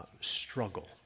struggle